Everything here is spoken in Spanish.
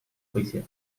juicio